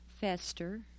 fester